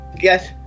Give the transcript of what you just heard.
yes